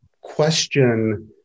question